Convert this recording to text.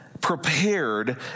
prepared